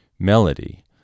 melody